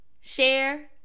Share